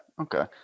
okay